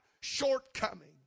shortcoming